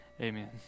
Amen